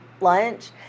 lunch